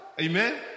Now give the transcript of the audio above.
Amen